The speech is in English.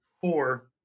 four